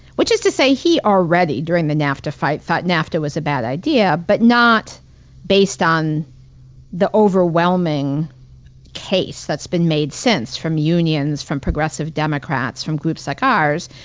which is to say he already, during the nafta fight, nafta was a bad idea, but not based on the overwhelming case that's been made since from unions, from progressive democrats, from groups like ours,